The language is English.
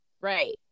Right